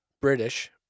British